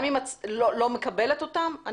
גם אם את לא מקבלת אותם,